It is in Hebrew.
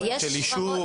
של יישוב,